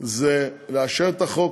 זה לאשר את החוק,